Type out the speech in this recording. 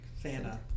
santa